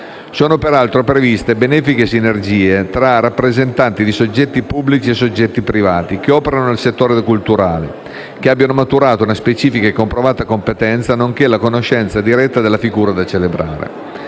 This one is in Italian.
Sono peraltro previste benefiche sinergie tra rappresentanti di soggetti pubblici e soggetti privati che operano nel settore culturale e che abbiano maturato una speciale e comprovata competenza, nonché la conoscenza diretta della figura da celebrare.